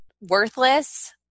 worthless